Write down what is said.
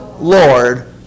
lord